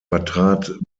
vertrat